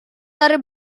dari